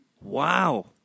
Wow